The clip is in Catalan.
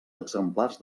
exemplars